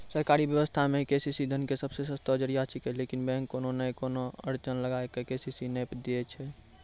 सरकारी व्यवस्था मे के.सी.सी धन के सबसे सस्तो जरिया छिकैय लेकिन बैंक कोनो नैय कोनो अड़चन लगा के के.सी.सी नैय दैय छैय?